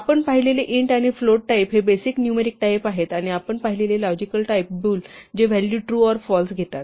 आपण पाहिलेले इंट आणि फ्लोट टाईप हे बेसिक न्यूमरिक टाईप आहेत आणि आपण पाहिलेले लॉजिकल टाइप बूल जे व्हॅलू ट्रू व फाल्स घेतात